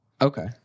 Okay